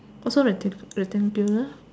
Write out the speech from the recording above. also rectan~ rectangular